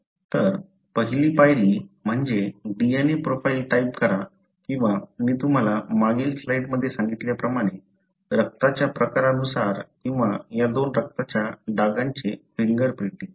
तर पहिली पायरी म्हणजे DNA प्रोफाइल टाइप करा किंवा मी तुम्हाला मागील स्लाइडमध्ये सांगितलेल्याप्रमाणे रक्ताच्या प्रकारानुसार किंवा या दोन रक्ताच्या डागांचे फिंगरप्रिंटिंग